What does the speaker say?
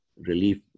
relief